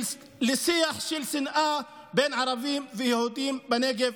לשיח של שנאה בין ערבים ליהודים בנגב,